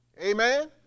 Amen